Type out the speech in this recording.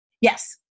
Yes